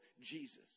Jesus